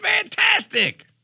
fantastic